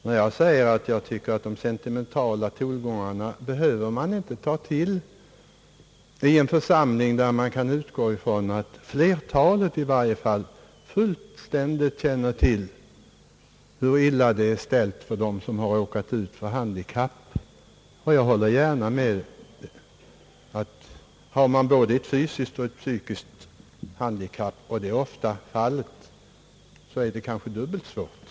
Man behöver inte ta till de sentimentala tongångarna i en församling där man kan utgå ifrån att i varje fall de flesta känner till hur illa det är ställt för dem som råkat ut för handikapp. Jag håller gärna med om att det är dubbelt svårt att ha ett både fysiskt och psykiskt handikapp, vilket ofta är fallet för många.